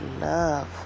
love